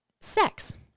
sex